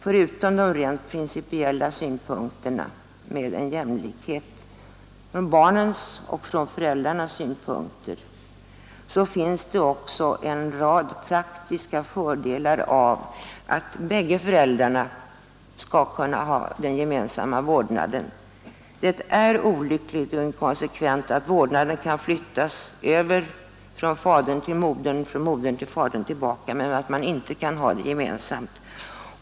Förutom de rent principiella synpunkterna på jämlikhet följer en rad praktiska fördelar av att bägge föräldrarna kan ha den gemensamma vårdnaden. Det är olyckligt och inkonsekvent att vårdnaden kan flyttas över från fadern till modern och från modern till fadern men att föräldrarna inte kan ha vårdnaden gemensamt.